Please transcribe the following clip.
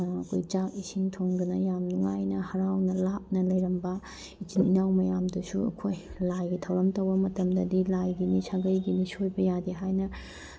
ꯑꯩꯈꯣꯏ ꯆꯥꯛ ꯏꯁꯤꯡ ꯊꯣꯡꯗꯅ ꯌꯥꯝ ꯅꯨꯡꯉꯥꯏꯅ ꯍꯔꯥꯎꯅ ꯂꯥꯞꯅ ꯂꯩꯔꯝꯕ ꯏꯆꯤꯜ ꯏꯅꯥꯎ ꯃꯌꯥꯝꯗꯨꯁꯨ ꯑꯩꯈꯣꯏ ꯂꯥꯏꯒꯤ ꯊꯧꯔꯝ ꯇꯧꯕ ꯃꯇꯝꯗꯗꯤ ꯂꯥꯏꯒꯤꯅꯤ ꯁꯥꯒꯩꯒꯤꯅꯤ ꯁꯣꯏꯕ ꯌꯥꯗꯦ ꯍꯥꯏꯅ